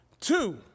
Two